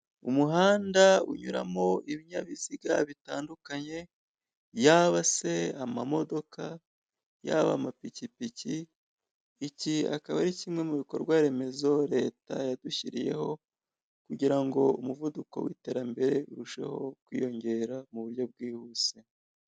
Umuhanda unyuramo ibinyabiziga bitandukanye, yaba se amamodoka, yaba amapikipiki. Iki akaba ari kimwe mu bikorwaremezo Leta yadushyiriyeho kugira ngo umuvuduko w'iterambere urusheho kwiyongera mu buryo bwihuse.